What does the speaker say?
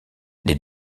les